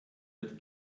wird